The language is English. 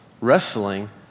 wrestling